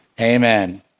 Amen